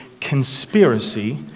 conspiracy